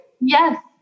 Yes